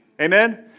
Amen